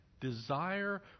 desire